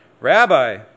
Rabbi